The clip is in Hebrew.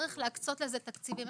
צריך להקצות לזה תקציבים.